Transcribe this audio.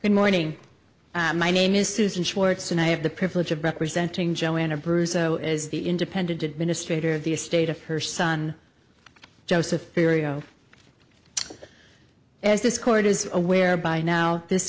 good morning my name is susan schwartz and i have the privilege of representing joanna brousseau is the independent administrator of the estate of her son joseph area as this court is aware by now this